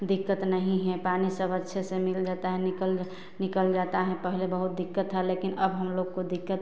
दिक्कत नहीं है पानी सब अच्छे से मिल जाता है निकल जा निकल जाता है पहले बहुत दिक्कत था लेकिन अब हम लोग को दिक्कत